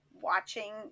watching